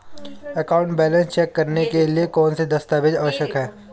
Account balance check करने के लिए कौनसे दस्तावेज़ आवश्यक हैं?